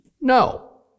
No